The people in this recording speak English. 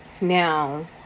Now